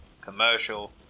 Commercial